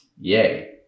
Yay